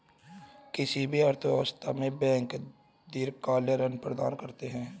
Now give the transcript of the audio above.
किसी भी अर्थव्यवस्था में बैंक दीर्घकालिक ऋण प्रदान करते हैं